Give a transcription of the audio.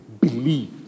believe